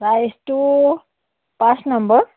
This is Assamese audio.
ছাইজটো পাঁচ নম্বৰ